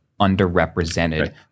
underrepresented